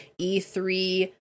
E3